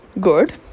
good